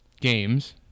games